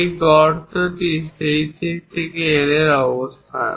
এই গর্তটি এই দিকে L এর অবস্থানে